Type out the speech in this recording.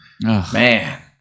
Man